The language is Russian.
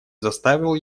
заставил